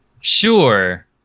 Sure